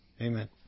Amen